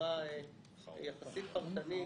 בצורה יחסית פרטנית.